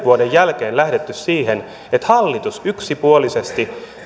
vuoden tuhatyhdeksänsataaneljäkymmentä jälkeen lähdetty siihen että hallitus yksipuolisesti